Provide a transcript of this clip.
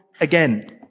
again